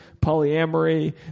polyamory